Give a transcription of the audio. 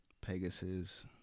Pegasus